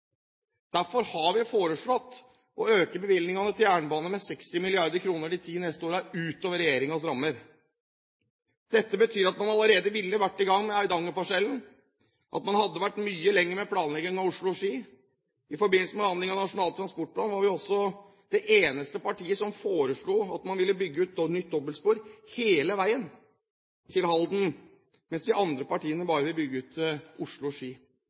Derfor har vi foreslått å øke bevilgningene til jernbanen med 60 mrd. kr de ti neste årene utover regjeringens rammer. Dette betyr at man allerede ville vært i gang med Eidangerparsellen, at man hadde vært mye lenger med planleggingen av Oslo–Ski. I forbindelse med behandlingen av Nasjonal transportplan var vi også det eneste partiet som foreslo å bygge ut nytt dobbeltspor hele veien til Halden, mens de andre partiene bare ville bygge ut